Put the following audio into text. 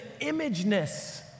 imageness